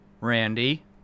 Randy